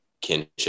kinship